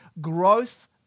growth